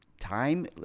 time